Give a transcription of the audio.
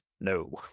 No